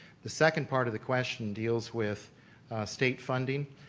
the second part of the question deals with state funding.